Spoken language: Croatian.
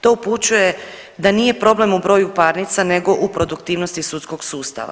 To upućuje da nije problem u broju parnica nego u produktivnosti sudskog sustava.